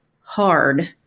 hard